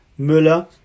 Müller